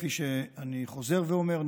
כפי שאני חוזר ואומר,